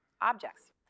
objects